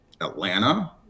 atlanta